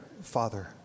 father